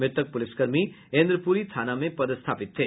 मृतक पुलिसकर्मी इंद्रपुरी थाना में पदस्थापित थे